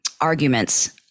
arguments